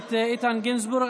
הכנסת איתן גינזבורג.